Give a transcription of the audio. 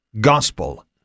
gospel